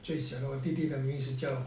最小的我弟弟的名叫